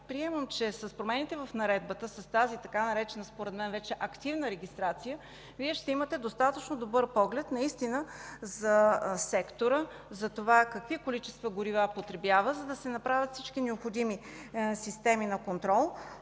приемам, че с промените в наредбата с тази така наречена, според мен, вече „активна регистрация”, Вие ще имате достатъчно добър поглед наистина за сектора, за това какви количества горива потребява, за да се направят всички необходими системи на контрол.